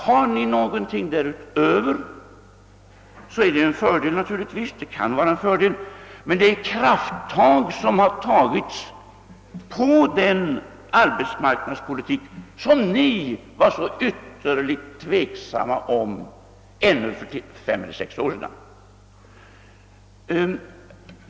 Har ni någonting att föreslå därutöver, så kan det vara till fördel. Det är sådana krafttag som tagits i den arbetsmarknadspolitik som ni ännu för fem eller sex år sedan ställde er så ytterligt tveksamma till.